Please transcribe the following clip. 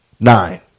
nine